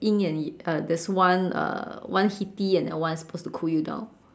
yin and uh there's one uh uh one heaty and one suppose to cool you down